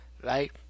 Right